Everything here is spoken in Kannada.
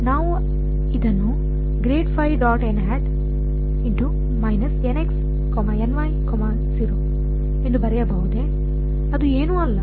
ನಾವು ಇದನ್ನು ಎಂದು ಬರೆಯಬಹುದೇ ಅದು ಏನೂ ಅಲ್ಲ ಆದರೆ